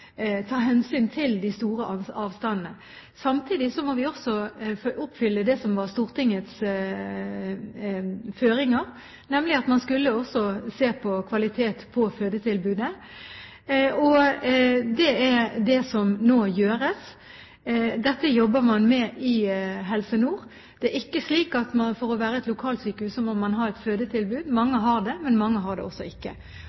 hensyn til de store avstandene. Samtidig må vi oppfylle det som var Stortingets føringer, nemlig at man også skulle se på kvalitet på fødetilbudet. Og det er det som nå gjøres. Dette jobber man med i Helse Nord. Det er ikke slik at for å være et lokalsykehus må man ha et fødetilbud. Mange har det, men mange har det ikke.